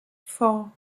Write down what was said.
four